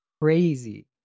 crazy